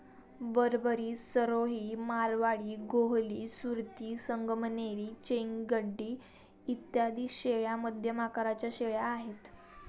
बरबरी, सिरोही, मारवाडी, गोहली, सुरती, संगमनेरी, चेंग, गड्डी इत्यादी शेळ्या मध्यम आकाराच्या शेळ्या आहेत